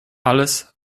alles